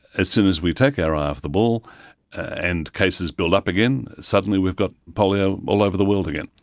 as soon as we take our eye off the ball and cases build up again, suddenly we've got polio all over the world again,